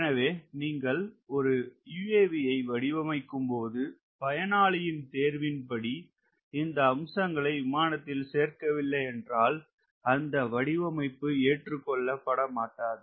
எனவே நீங்கள் ஒரு UAV ஐ வடிவமைக்கும் போது பயனாளியின் தேர்வின் படி இந்த அம்சங்களை விமானத்தில் சேர்க்க வில்லை என்றால் அந்த வடிவமைப்பு ஏற்று கொள்ளப்படமாட்டாது